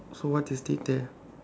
so what they state there